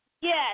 Yes